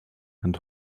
and